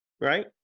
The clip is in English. right